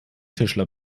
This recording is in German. tischler